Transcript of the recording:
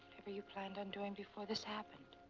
whatever you planned on doing before this happened.